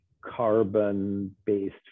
carbon-based